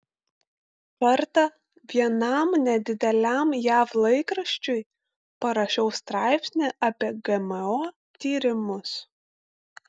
kartą vienam nedideliam jav laikraščiui parašiau straipsnį apie gmo tyrimus